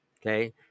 okay